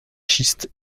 schistes